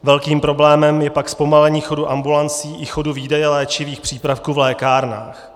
Velkým problémem je pak zpomalení chodu ambulancí i chodu výdeje léčivých přípravků v lékárnách.